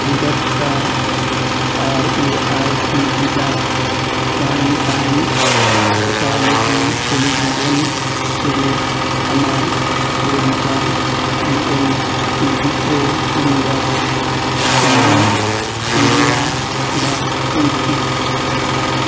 ꯍꯟꯗꯛꯇ R A I T ꯚꯤꯗ crime time ꯏꯇꯥꯂꯤꯒꯤ ꯇꯦꯂꯤꯚꯤꯖꯟ ꯁꯦꯔꯤꯁ ꯑꯃ ꯑꯣꯏꯔꯤꯕ ꯌꯨ ꯑꯦꯟ ꯃꯦꯗꯤꯀꯣ ꯏꯟꯗ ꯐꯦꯃꯤꯂꯤ ꯐꯦꯃꯤꯂꯤꯌꯥꯗ ꯀꯨꯝꯈꯤ